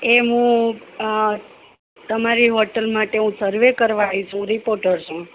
એ મું તમારી હોટલ માટે હું સર્વે કરવા આવી છું હું રિપોટર છું